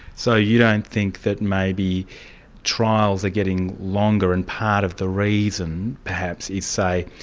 so you don't think that maybe trials are getting longer and part of the reason perhaps is, say,